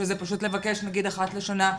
שזה פשוט לבקש נגיד אחת לשנה,